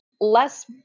less